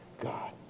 God